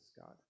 God